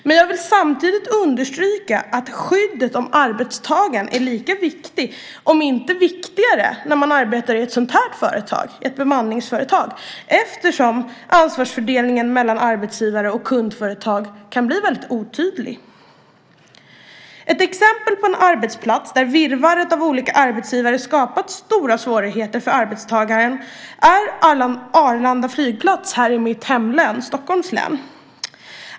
Men jag vill samtidigt understryka att skyddet av arbetstagaren är lika viktigt, om inte viktigare, när man arbetar i ett sådant här företag, ett bemanningsföretag, eftersom ansvarsfördelningen mellan arbetsgivare och kundföretag kan bli väldigt otydlig. Ett exempel på en arbetsplats där virrvarret av olika arbetsgivare skapat stora svårigheter för arbetstagaren är Arlanda flygplats här i mitt hemlän, Stockholms län.